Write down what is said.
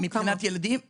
יש מאות פצועים.